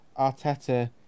Arteta